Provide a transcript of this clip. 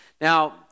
Now